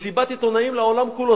מסיבת עיתונאים לעולם כולו.